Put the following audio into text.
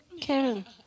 Karen